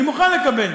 אני מוכן לקבל.